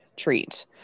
treat